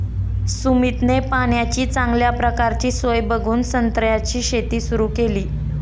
सुमितने पाण्याची चांगल्या प्रकारची सोय बघून संत्र्याची शेती सुरु केली